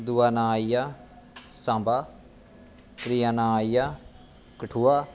दूआ नांऽ आई गेआ साम्बा त्रीआ नांऽ आई गेआ कठुआ